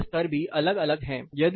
नमी के स्तर भी अलग अलग है